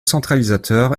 centralisateur